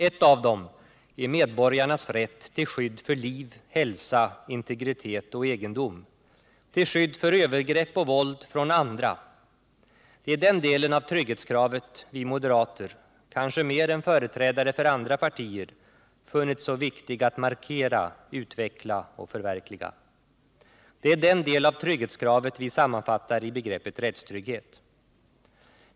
Ett av dem är medborgarnas rätt till skydd för liv, hälsa, integritet och egendom, till skydd för övergrepp och våld från andra. Det är den delen av trygghetskravet vi moderater — kanske mer än företrädare för andra partier — funnit så viktig att markera, utveckla och förverkliga. Det är den del av trygghetskravet vi sammanfattar i begreppet rättstrygghet.